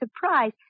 surprise